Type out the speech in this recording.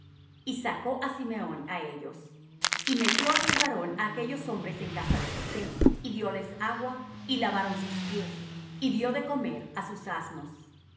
y sacó á simeón á ellos y metió aquel varón á aquellos hombres en casa de josé y dióles agua y lavaron sus pies y dió de comer á sus asnos